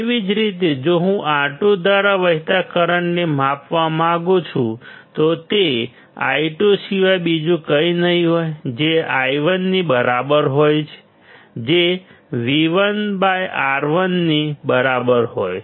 એવી જ રીતે જો હું R2 દ્વારા વહેતા કરંટને માપવા માંગુ છું તો તે I2 સિવાય બીજું કંઈ નહીં હોય જે I1 ની બરાબર હોય જે V1 R1 ની બરાબર હોય